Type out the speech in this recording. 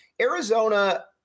Arizona –